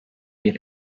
bir